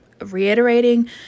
reiterating